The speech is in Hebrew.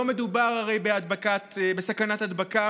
הרי לא מדובר בסכנת הדבקה.